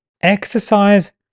exercise